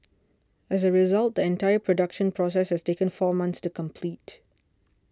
as a result the entire production process has taken four months to complete